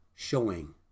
showing